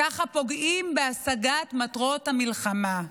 ככה פוגעים בהשגת מטרות המלחמה.